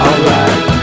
Alright